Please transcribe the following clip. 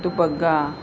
Dubagga